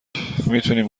میتونیم